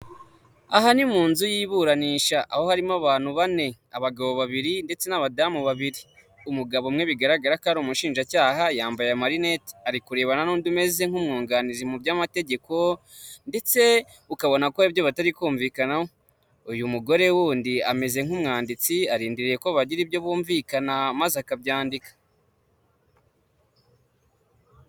Aha ni mu nzu y'iburanisha, aho harimo abantu bane abagabo babiri ndetse n'abadamu babiri, umugabo umwe bigaragara ko ari umushinjacyaha yambaye amarinete, ari kurerebana n'undi umeze nk'umwunganizi mu by'amategeko ndetse ukabona ko hari ibyo batari kumvikanaho, uyu mugore wundi ameze nk'umwanditsi arindiriye ko bagira ibyo bumvikana maze akabyandika.